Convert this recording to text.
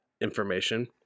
information